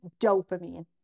dopamine